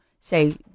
say